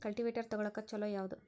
Cultivator ತೊಗೊಳಕ್ಕ ಛಲೋ ಯಾವದ?